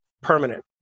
permanent